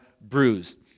bruised